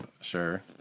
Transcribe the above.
Sure